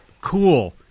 Cool